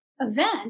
event